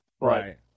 right